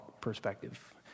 perspective